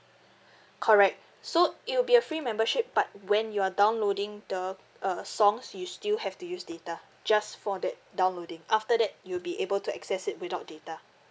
correct so it will be a free membership but when you are downloading the uh songs you still have to use data just for that downloading after that you'll be able to access it without data